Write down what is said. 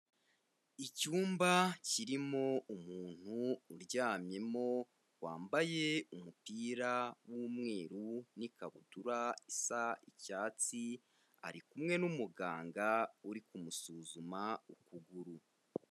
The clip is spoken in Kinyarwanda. Icyumba kirimo umuntu uryamyemo wambaye umupira w'umweru n'ikabutura isa icyatsi, ari kumwe n'umuganga uri kumusuzuma ukuguru.